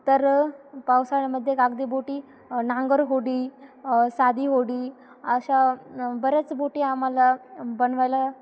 तर पावसाळ्यामध्येे कागदी बोटी नांगर होडी साधी होडी अशा बऱ्याच बोटी आम्हाला बनवायला